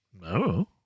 No